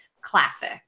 classic